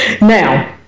now